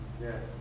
Yes